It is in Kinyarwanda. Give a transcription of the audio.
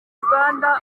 rwanda